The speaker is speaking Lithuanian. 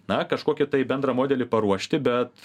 na kažkokį tai bendrą modelį paruošti bet